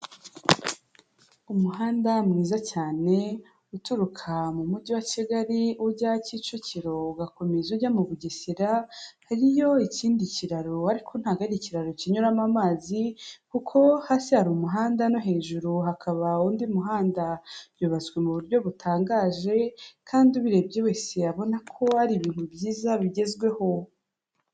Umuhanda mwiza cyane uturuka mu mujyi wa Kigali ujya Kicukiro ugakomeza ujya mu bugesera, hariyo ikindi kiraro ariko ntago ari ikiraro kinyuramo amazi kuko hasi hari umuhanda no hejuru hakaba undi muhanda, byubatswe mu buryo butangaje kandi ubirebye wese abona ko ari ibintu byiza bigezweho.